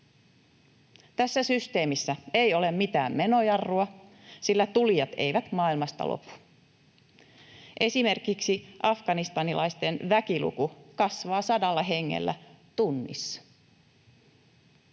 Tässä systeemissä ei ole mitään menojarrua, sillä tulijat eivät maailmasta lopu. Esimerkiksi afganistanilaisten väkiluku kasvaa sadalla hengellä tunnissa.